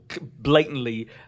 blatantly